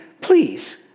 please